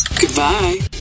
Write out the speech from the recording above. Goodbye